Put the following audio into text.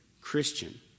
Christian